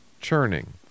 churning